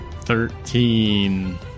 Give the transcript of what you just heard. Thirteen